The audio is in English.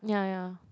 ya ya